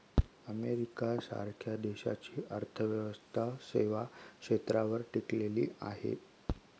America सारख्या देशाची अर्थव्यवस्था सेवा क्षेत्रावर टिकलेली आहे